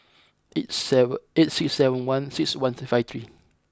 eight seven eight six seven one six one five three